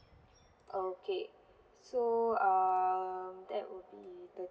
okay so um that would be